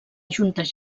juntes